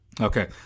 Okay